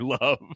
love